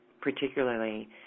particularly